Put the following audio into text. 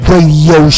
Radio